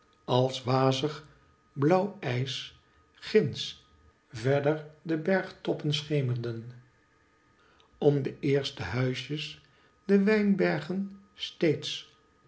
als wazigblauwijs ginds verder debergtoppen schemerden om de eerste huisjes de wijnbergen steeds